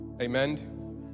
Amen